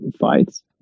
fights